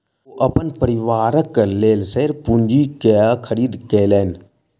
ओ अपन परिवारक लेल शेयर पूंजी के खरीद केलैन